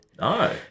No